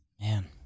Man